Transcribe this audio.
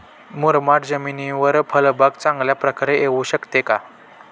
मुरमाड जमिनीवर फळबाग चांगल्या प्रकारे येऊ शकते का?